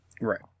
Right